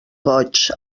goig